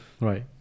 Right